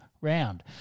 round